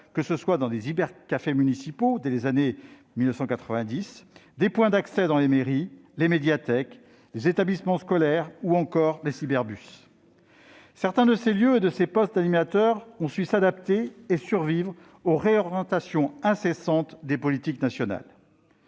que ce soient des cybercafés municipaux dans les années 1990, des points d'accès dans les mairies, les médiathèques ou les établissements scolaires ou encore des cyberbus. Certains de ces lieux et de ces postes d'animateur ont su s'adapter et survivre aux réorientations incessantes des politiques nationales.